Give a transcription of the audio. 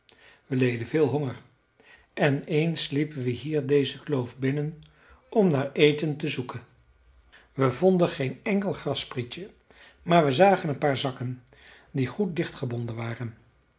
we leden veel honger en eens liepen we hier deze kloof binnen om naar eten te zoeken we vonden geen enkel grassprietje maar we zagen een paar zakken die goed dichtgebonden waren